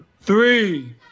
three